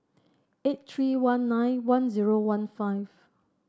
eight three one nine one zero one five